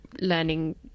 learning